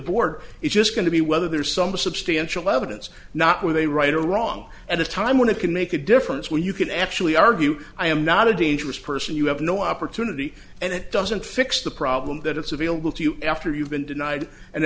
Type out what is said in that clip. board is just going to be whether there is some substantial evidence not with a right or wrong at a time when it can make a difference where you can actually argue i am not a dangerous person you have no opportunity and it doesn't fix the problem that it's available to you after you've been denied and